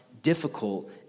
difficult